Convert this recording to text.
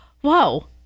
whoa